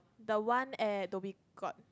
the one at Dhoby-Ghaut